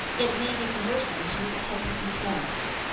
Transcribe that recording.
yet may be conversant with the petty details.